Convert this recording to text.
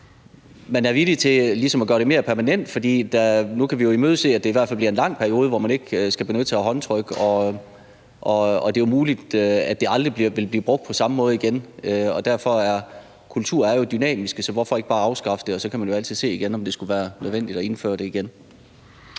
man er villig til ligesom at gøre det mere permanent. For nu kan vi imødese, er der i hvert fald bliver en lang periode, hvor man ikke skal benytte sig af håndtryk, og det er jo muligt, at det aldrig vil blive brugt på samme måde igen. Kultur er jo dynamisk, så hvorfor ikke bare afskaffe det, og så kan man altid se, om det skulle være nødvendigt at indføre det igen?